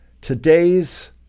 today's